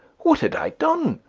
what had i done?